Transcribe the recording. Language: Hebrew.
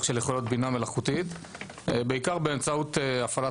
של יכולות בינה מלאכותית בעיקר באמצעות הפעלת